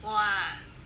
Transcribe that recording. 我啊